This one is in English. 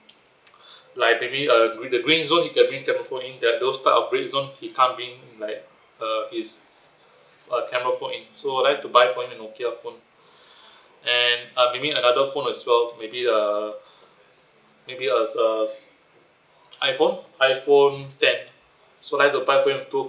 like maybe uh green the green zone you can bring camera phone in that those type of red zone he can't bring like err his uh camera phone in so I'd like to buy for him a nokia phone and uh maybe another phone as well maybe a maybe a s~ a s~ iphone iphone ten so I would like to buy for him two